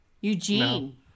Eugene